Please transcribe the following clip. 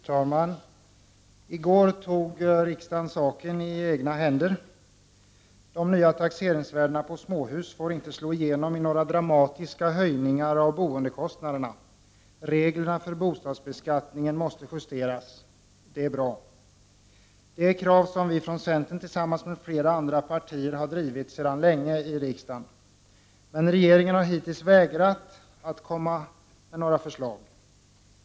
Fru talman! I går tog riksdagen saken i egna händer; de nya taxeringsvärdena på småhus får inte slå igenom i några dramatiska höjningar av boendekostnaderna. Reglerna för bostadsbeskattningen måste justeras. Det är bra. Detta är krav som vi från centern, tillsammans med flera andra partier, sedan länge har drivit här i riksdagen. Men regeringen har hittills vägrat att komma med några förslag.